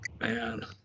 man